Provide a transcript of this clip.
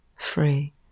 free